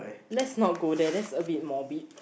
let's not go there that's a bit morbid